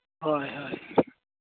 ᱦᱳᱭ ᱦᱳᱭ